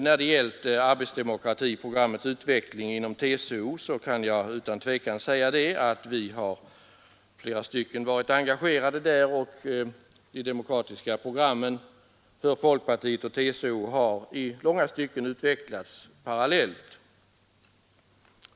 När det för det första gäller arbetsdemokratiprogrammens utveckling inom TCO kan jag utan tvekan säga att vi har varit engagerade där. De arbetsdemokratiska programmen för folkpartiet och TCO har i långa stycken utvecklats parallellt.